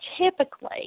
typically